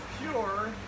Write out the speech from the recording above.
pure